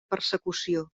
persecució